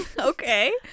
okay